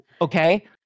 Okay